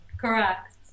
Correct